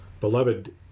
beloved